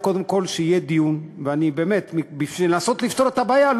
שקודם כול יהיה דיון בשביל לנסות לפתור את הבעיה.